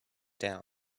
down